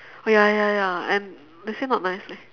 oh ya ya ya and they say not nice leh